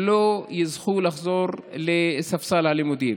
לא יזכו לחזור לספסל הלימודים.